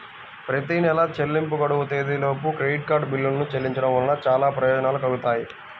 ప్రతి నెలా చెల్లింపు గడువు తేదీలోపు క్రెడిట్ కార్డ్ బిల్లులను చెల్లించడం వలన చాలా ప్రయోజనాలు కలుగుతాయి